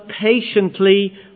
patiently